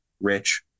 rich